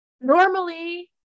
normally